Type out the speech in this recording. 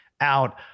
out